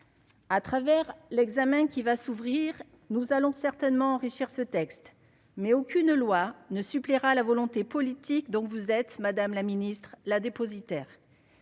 à travers l'examen qui va s'ouvrir, nous allons certainement enrichir ce texte mais aucune loi ne suppléera la volonté politique, donc vous êtes, Madame la Ministre, la dépositaire,